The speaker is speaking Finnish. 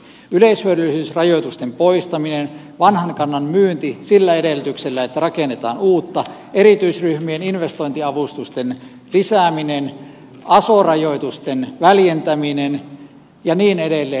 yleishyödyllisyysrajoitusten poistaminen vanhan kannan myynti sillä edellytyksellä että rakennetaan uutta erityisryhmien investointiavustusten lisääminen aso rajoitusten väljentäminen ja niin edelleen